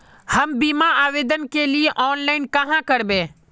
हम बीमा आवेदान के लिए ऑनलाइन कहाँ करबे?